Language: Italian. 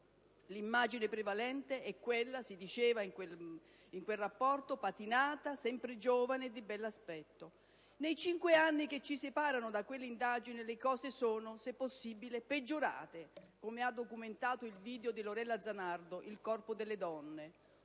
L'immagine prevalente è quella - si diceva in quel rapporto - patinata, sempre giovane e di bell'aspetto. Nei cinque anni che ci separano da quell'indagine le cose sono, se possibile, peggiorate, come ha documentato il video di Lorella Zanardo dal titolo